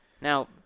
Now